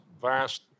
vast